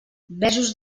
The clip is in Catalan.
besos